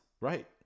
right